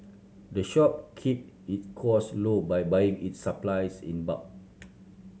the shop keep its cost low by buying its supplies in bulk